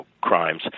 crimes